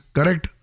Correct